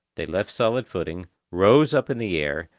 they left solid footing, rose up in the air,